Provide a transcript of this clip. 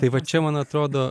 tai vat čia man atrodo